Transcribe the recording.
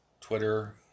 Twitter